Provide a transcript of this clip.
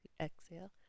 Exhale